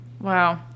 Wow